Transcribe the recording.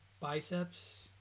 biceps